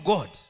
God